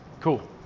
Cool